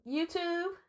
YouTube